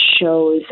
shows